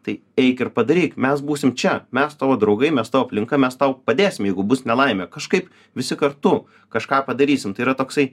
tai eik ir padaryk mes būsim čia mes tavo draugai mes tavo aplinka mes tau padėsim jeigu bus nelaimė kažkaip visi kartu kažką padarysim tai yra toksai